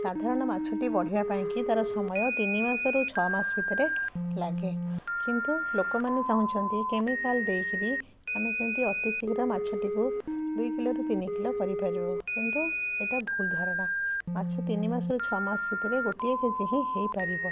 ସାଧାରଣ ମାଛଟି ବଢ଼ିବା ପାଇଁକି ତା'ର ସମୟ ତିନିମାସରୁ ଛଅମାସ ଭିତରେ ଲାଗେ କିନ୍ତୁ ଲୋକମାନେ ଚାହୁଁଛନ୍ତି କେମିକାଲ୍ ଦେଇକିରି ଆମେ କେମିତି ଅତିଶୀଘ୍ର ମାଛଟିକୁ ଦୁଇ କିଲୋରୁ ତିନି କିଲୋ କରିପାରିବୁ କିନ୍ତୁ ଏଇଟା ଭୁଲଧାରଣା ମାଛ ତିନିମାସରୁ ଛଅମାସରେ ଗୋଟିଏ କେଜି ହିଁ ହେଇପାରିବ